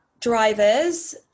drivers